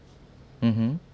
mmhmm